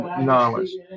knowledge